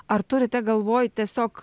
ar turite galvoj tiesiog